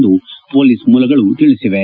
ಎಂದು ಪೋಲಿಸ್ ಮೂಲಗಳು ತಿಳಿಸಿವೆ